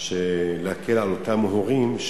להקל על אותם הורים,